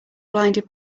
blinded